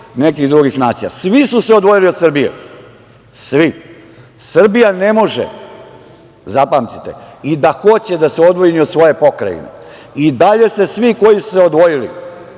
nekih drugih nacija. Svi su se odvojili od Srbije, svi. Srbija ne može, zapamtite, i da hoće da se odvoji od svoje pokrajine. I dalje se svi koji su se odvojili,